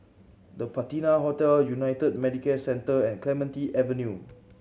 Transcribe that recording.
The Patina Hotel United Medicare Centre and Clementi Avenue